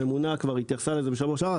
הממונה כבר התייחסה לזה בשבוע שעבר,